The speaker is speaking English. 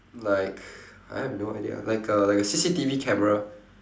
like I have no idea like a like a C_C_T_V camera